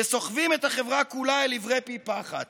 וסוחבים את החברה כולה אל עברי פי פחת.